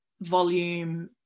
volume